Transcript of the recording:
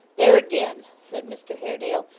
there again said mr haredale,